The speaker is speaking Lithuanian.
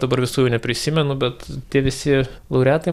dabar visų jau neprisimenu bet tie visi laureatai